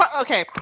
Okay